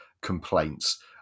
complaints